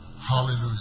Hallelujah